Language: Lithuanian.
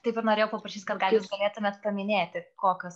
taip ir norėjau paprašyti kad gal jūs galėtumėt paminėti kokios